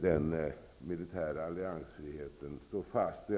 den militära alliansfriheten står fast.